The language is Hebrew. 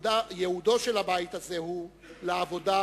ייעודו של הבית הזה הוא לעבודה,